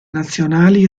nazionali